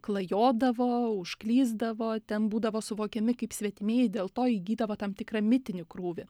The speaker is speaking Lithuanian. klajodavo užklysdavo ten būdavo suvokiami kaip svetimieji dėl to įgydavo tam tikrą mitinį krūvį